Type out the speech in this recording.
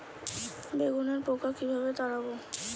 বেগুনের পোকা কিভাবে তাড়াব?